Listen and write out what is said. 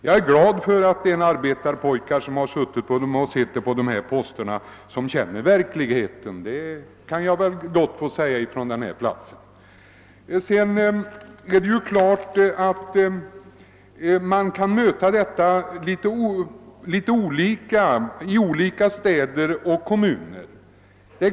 Jag är glad över att det på dessa statsrådsposter sitter arbetarpojkar som känner verkligheten. Det kan jag väl få säga från denna talarstol. Det är klart att svårigheterna kan te sig litet olika i olika städer och kommuner.